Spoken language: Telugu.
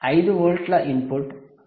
5 వోల్ట్ల ఇన్పుట్ Vout 3